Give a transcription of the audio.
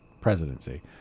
presidency